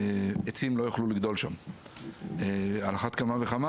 עצים לא יוכלו לגדול שם; על אחת כמה וכמה